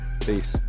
Peace